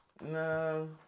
No